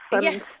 Yes